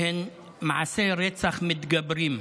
שהן מעשי רצח מתגברים,